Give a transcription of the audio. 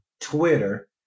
Twitter